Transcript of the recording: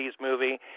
movie